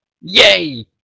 yay